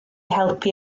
helpu